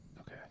Okay